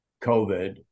COVID